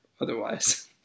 otherwise